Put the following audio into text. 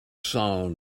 sound